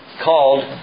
called